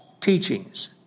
teachings